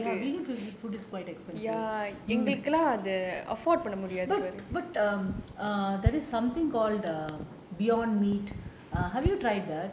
ya vegan food is quite expensive but but err err there is something called err beyond meat have you tried that